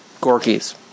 Gorky's